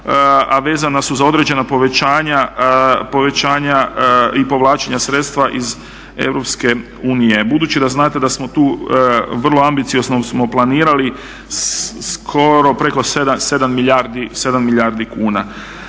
a vezana su za određena povećanja i povlačenja sredstava iz Europske unije. Budući da znate da smo tu vrlo ambiciozno planirali skoro preko 7 milijardi kuna,